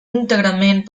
íntegrament